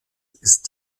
ist